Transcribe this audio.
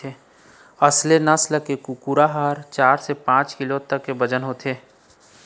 असेल नसल के कुकरा ह चार ले पाँच किलो तक के बजन होथे